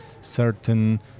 certain